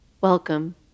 Welcome